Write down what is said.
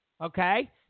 Okay